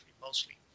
mostly